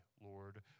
Lord